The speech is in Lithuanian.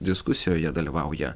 diskusijoje dalyvauja